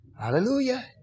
Hallelujah